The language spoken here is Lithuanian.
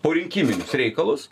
porinkiminius reikalus